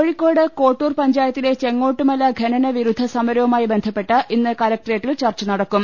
കോഴിക്കോട് കോട്ടൂർ പഞ്ചായത്തിലെ ചെങ്ങോട്ട് മല ഖനനവിരുദ്ധ സമരവുമായി ബന്ധപ്പെട്ട് ഇന്ന് കലക്ട്രേറ്റിൽ ചർച്ച നടക്കും